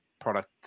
product